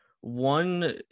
One